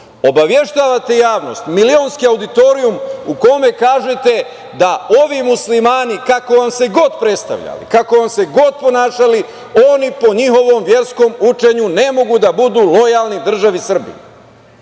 obaveštavate javnost, milionski auditorijum, u kome kažete da ovi Muslimani, kako vam se god predstavljali, kako vam se god ponašali, oni po njihovom verskom učenju ne mogu da budu lojalni državi Srbiji,